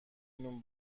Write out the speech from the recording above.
نون